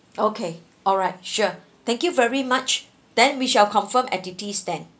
okay alright sure thank you very much then we shall confirm entities then